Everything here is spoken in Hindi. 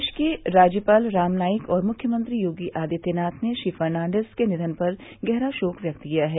प्रदेश के राज्यपाल राम नाईक और मुख्यमंत्री योगी आदित्यनाथ ने श्री फर्नाडीस के निधन पर गहरा शोक व्यक्त किया है